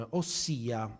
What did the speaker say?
ossia